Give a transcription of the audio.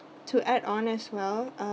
to add on as well uh